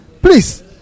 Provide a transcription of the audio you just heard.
Please